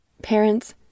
Parents